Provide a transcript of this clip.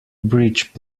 bridge